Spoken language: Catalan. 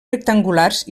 rectangulars